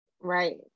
right